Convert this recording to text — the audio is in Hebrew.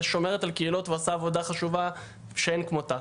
ושומרת על קהילות ועושה עבודה חשובה שאין כמותה.